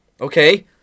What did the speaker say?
Okay